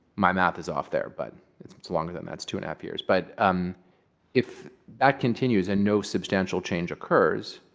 my math is off there. but it's it's longer than that. it's two and a half years. but um if that continues and no substantial change occurs,